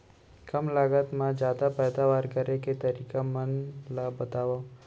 कम लागत मा जादा पैदावार करे के तरीका मन ला बतावव?